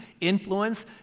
influence